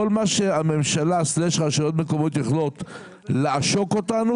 בכל מה שהממשלה/רשויות מקומיות יכולות לעשוק אותנו,